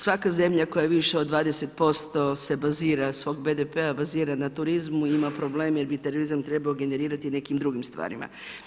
Svaka zemlja koja više od 20% se bazira, svog BDP-a bazira na turizmu, ima problem jer bi terorizam trebao generirati nekim drugim stvarima.